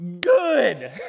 Good